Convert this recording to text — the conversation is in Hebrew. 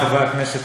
חברי חברי הכנסת,